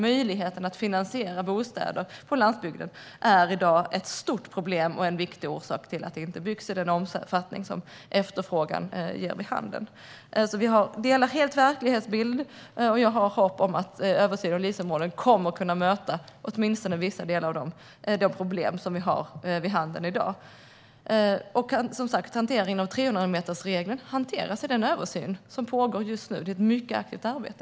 Problemet med att finansiera bostäder på landsbygden är i dag stort och en viktig orsak till att det inte byggs i den omfattning som efterfrågan ger vid handen. Vi har samma verklighetsbild, och jag har hopp om att översynen av LIS-oråden kommer att kunna möta åtminstone vissa av de problem som finns i dag. I den översynen hanteras 300-metersregeln, och det är ett mycket aktivt arbete.